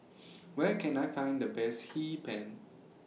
Where Can I Find The Best Hee Pan